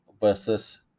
versus